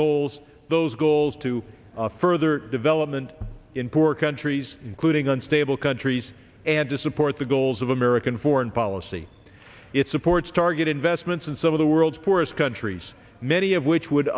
goals those goals to further development in poor countries including unstable countries and to support the goals of american foreign policy it supports targeted investments in some of the world's poorest countries many of which would